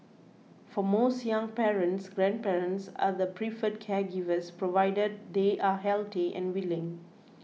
for most young parents grandparents are the preferred caregivers provided they are healthy and willing